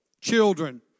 children